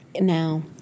Now